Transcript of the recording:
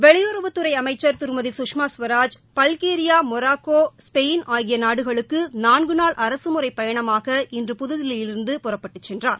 வெளியுறவுத்துறை அமைச்சர் திருமதி Sushma Swaraj Bulgaria Morocco Spain ஆகிய நாடுகளுக்கு நான்குநாள் அரசுமுறைப் பயணமாக இன்று புதுதில்லியிலிருந்து புறப்பட்டுச் சென்றார்